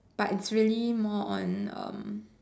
but it's really more on um